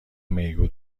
میگو